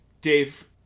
dave